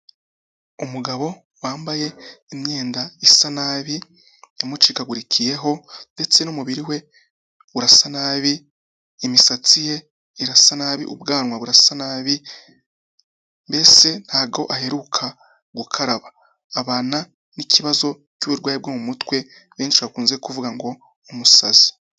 Umugabo wambaye imyenda isa nabi yamucikagurikiyeho, ndetse n'umubiri we urasa nabi, imisatsi ye irasa nabi, ubwanwa burasa nabi, mbese ntago aheruka gukaraba, abana n'ikibazo cy'uburwayi bwo mu mutwe, benshi bakunze kuvuga ngo umusazi.